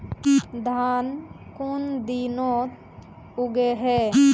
धान कुन दिनोत उगैहे